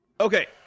Okay